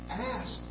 Ask